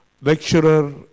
lecturer